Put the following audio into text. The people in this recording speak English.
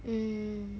mm